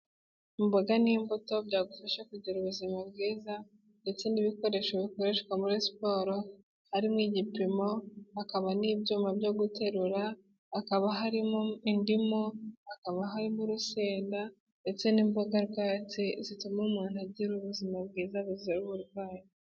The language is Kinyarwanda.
Imboga n'imbuto byagufasha kugira ubuzima bwiza, ndetse n'ibikoresho bikoreshwa muri siporo, harimo igipimo, hakaba n'ibyuma byo guterura, hakaba harimo indimu, hakaba harimo urusenda, ndetse n'imboga rwatsi zituma umuntu agira ubuzima bwiza buzira uburwayi.